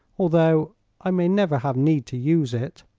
although i may never have need to use it.